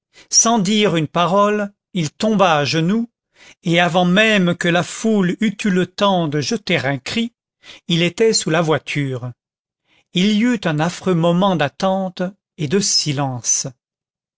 sans dire une parole il tomba à genoux et avant même que la foule eût eu le temps de jeter un cri il était sous la voiture il y eut un affreux moment d'attente et de silence